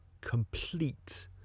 complete